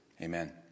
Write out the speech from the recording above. Amen